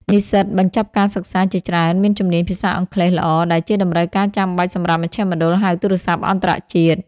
និស្សិតបញ្ចប់ការសិក្សាជាច្រើនមានជំនាញភាសាអង់គ្លេសល្អ ដែលជាតម្រូវការចាំបាច់សម្រាប់មជ្ឈមណ្ឌលហៅទូរស័ព្ទអន្តរជាតិ។